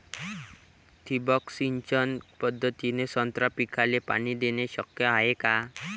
ठिबक सिंचन पद्धतीने संत्रा पिकाले पाणी देणे शक्य हाये का?